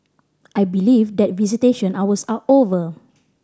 I believe that visitation hours are over